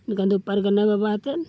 ᱤᱱᱟᱹᱠᱷᱟᱱᱫᱚ ᱯᱟᱨᱜᱟᱱᱟ ᱵᱟᱵᱟ ᱟᱛᱮᱫ